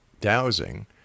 dowsing